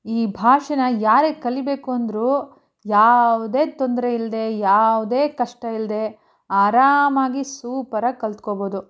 ಈ ಭಾಷೆನ ಯಾರೇ ಕಲಿಬೇಕು ಅಂದ್ರೂ ಯಾವುದೇ ತೊಂದರೆ ಇಲ್ಲದೇ ಯಾವುದೇ ಕಷ್ಟ ಇಲ್ಲದೇ ಆರಾಮಾಗಿ ಸೂಪರಾಗಿ ಕಲ್ತ್ಕೊಳ್ಬೋದು